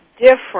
different